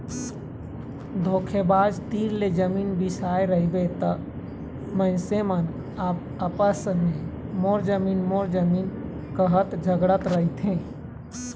धोखेबाज तीर ले जमीन बिसाए रहिबे त मनखे मन आपसे म मोर जमीन मोर जमीन काहत झगड़त रहिथे